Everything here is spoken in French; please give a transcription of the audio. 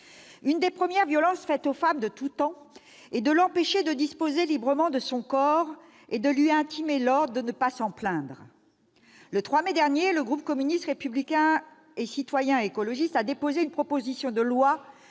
Une des premières violences faites aux femmes de tout temps est de les empêcher de disposer librement de leur corps et de leur intimer l'ordre de ne pas s'en plaindre. Le 3 mai dernier, le groupe communiste républicain citoyen et écologiste a déposé une proposition de loi